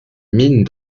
mines